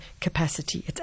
capacity